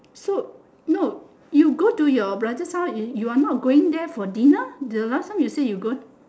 so no you go to your brother's house is you are not going there for dinner the last time you say you go